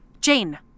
Jane